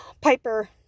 Piper